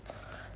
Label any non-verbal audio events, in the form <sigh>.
<noise>